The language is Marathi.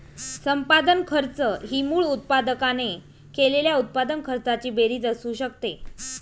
संपादन खर्च ही मूळ उत्पादकाने केलेल्या उत्पादन खर्चाची बेरीज असू शकते